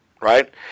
right